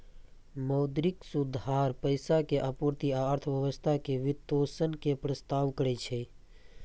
मौद्रिक सुधार पैसा के आपूर्ति आ अर्थव्यवस्था के वित्तपोषण के प्रस्ताव करै छै